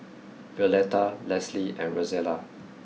Violetta Leslie and Rosella